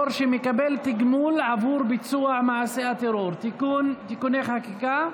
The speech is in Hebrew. שמקבל תגמול עבור ביצוע מעשה הטרור (תיקוני חקיקה),